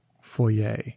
Foyer